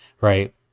right